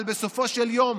אבל בסופו של יום